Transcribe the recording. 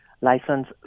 license